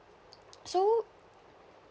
so